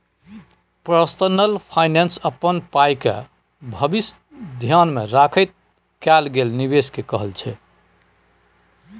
personal finance अपन पाइके भबिस धेआन मे राखैत कएल गेल निबेश केँ कहय छै